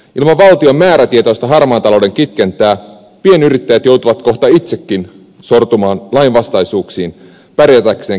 ilman valtion määrätietoista harmaan talouden kitkentää pienyrittäjät joutuvat kohta itsekin sortumaan lainvastaisuuksiin pärjätäkseen kiristyvässä kilpailussa